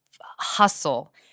hustle